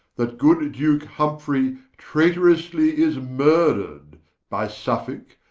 that good duke humfrey traiterously is murdred by suffolke,